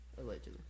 Allegedly